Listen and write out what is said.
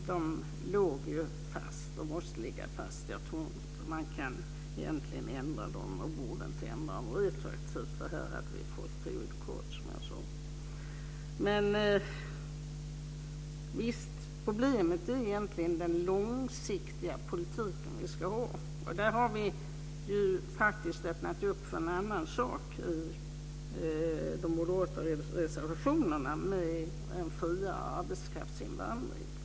Fru talman! Beslut har fattats. De måste ligga fast. Jag tror egentligen inte att man kan ändra dem, och man borde inte ändra dem retroaktivt, för då hade vi fått prejudikat, som jag sade. Problemet är egentligen vilken långsiktig politik vi ska ha. Där har vi faktiskt öppnat för en annan sak i de moderata reservationerna, dvs. en friare arbetskraftsinvandring.